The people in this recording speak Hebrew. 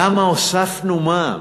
למה הוספנו מע"מ,